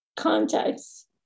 context